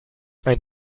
ein